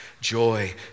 joy